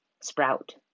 sprout